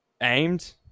aimed